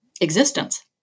existence